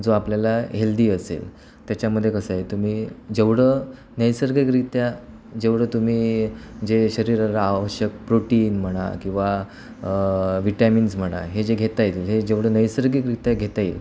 जो आपल्याला हेल्दी असेल त्याच्यामध्ये कसं आहे तुम्ही जेवढं नैसर्गिकरित्या जेवढं तुम्ही जे शरीराला आवश्यक प्रोटीन म्हणा किंवा व्हिटॅमिन्ज म्हणा हे जे घेता येतील हे जेवढं नैसर्गिकरित्या घेता येईल